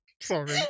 Sorry